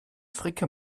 fricke